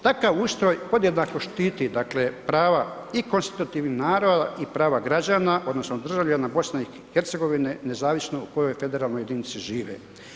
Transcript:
Takav ustroj podjednako štiti prava i konstitutivnih naroda i prava građana odnosno državljana BiH-a nezavisno u kojoj federalnoj jedinici žive.